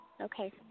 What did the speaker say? Okay